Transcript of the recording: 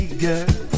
girl